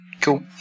Cool